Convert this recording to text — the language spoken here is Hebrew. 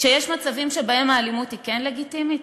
שיש מצבים שבהם האלימות היא כן לגיטימית?